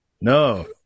No